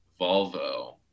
Volvo